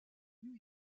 new